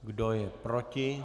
Kdo je proti?